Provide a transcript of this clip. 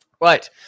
Right